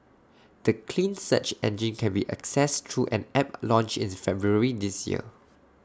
the clean search engine can be accessed through an app launched in February this year